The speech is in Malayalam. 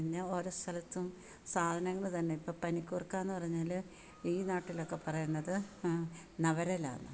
പിന്നെ ഓരോ സ്ഥലത്തും സാധനങ്ങൾ തന്നെ ഇപ്പം പനിക്കൂർക്കയെന്നു പറഞ്ഞാൽ ഈ നാട്ടിലൊക്കെ പറയുന്നത് നവരെലാന്നാണ്